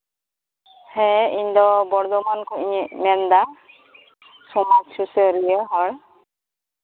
ᱦᱮᱸ ᱤᱧᱫᱚ ᱵᱚᱨᱫᱷᱚᱢᱟᱱ ᱠᱷᱚᱱᱤᱧ ᱢᱮᱱᱮᱫᱟ ᱥᱚᱢᱟᱡᱽ ᱥᱩᱥᱟᱹᱨᱤᱭᱟᱹ ᱦᱚᱲ